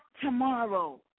tomorrow